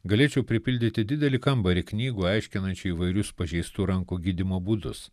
galėčiau pripildyti didelį kambarį knygų aiškinančių įvairius pažeistų rankų gydymo būdus